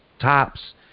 tops